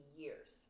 years